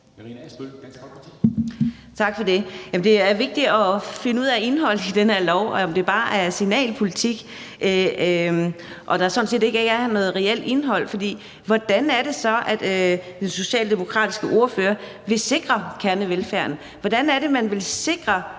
Tak for det. Det er vigtigt at finde ud af indholdet i den her lov, altså om det bare er signalpolitik, og at der sådan set ikke er noget reelt indhold. Hvordan er det så, at den socialdemokratiske ordfører vil sikre kernevelfærden? Hvordan er det, man vil sikre,